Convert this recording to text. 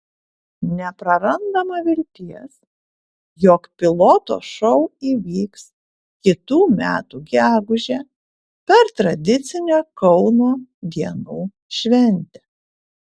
neprarandama vilties jog piloto šou įvyks kitų metų gegužę per tradicinę kauno dienų šventę